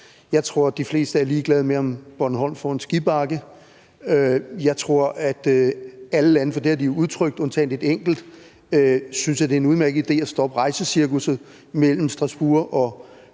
Jeg tror, at de fleste er ligeglad med, om Bornholm får en skibakke. Jeg tror, at alle lande, for det har de udtrykt, undtagen et enkelt land, synes, at det er en udmærket idé at stoppe rejsecirkusset mellem Strasbourg og